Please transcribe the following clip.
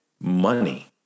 money